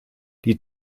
die